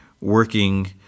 working